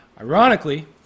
Ironically